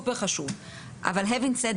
אמנם,